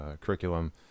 curriculum